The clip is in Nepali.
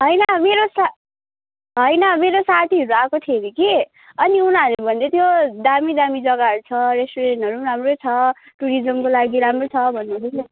होइन मेरो सा होइन मेरो साथीहरू आएको थियो अरे कि उनीहरूले भन्दैथ्यो दामी दामी जग्गाहरू छ रेस्टुरेन्टहरू पनि राम्रै छ टुरिजमको लागि राम्रै छ भन्नुहुँदै थियो